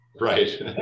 Right